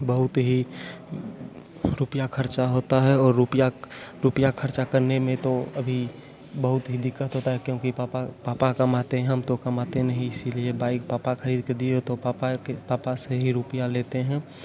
बहुत ही रुपया खर्चा होता है और रुपया रूपया खर्चा करने में तो अभी बहुत ही दिक्कत होता है क्योंकि पापा पापा कमाते हैं हम तो कमाते नहीं इसीलिए बाइक पापा खरीद के दिए तो पापा के पापा से ही रुपया लेते हैं